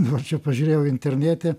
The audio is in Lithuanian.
dabar čia pažiūrėjau internete